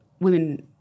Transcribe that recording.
women